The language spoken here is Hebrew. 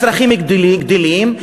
הצרכים גדלים,